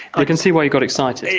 i can see why you got excited.